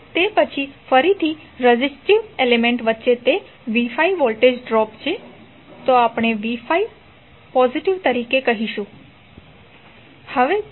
અને તે પછી ફરીથી રેઝિસ્ટિવ એલિમેન્ટ વચ્ચે તે v5 વોલ્ટેજ ડ્રોપ છે તો આપણે v5 પોઝિટિવ તરીકે કહીશું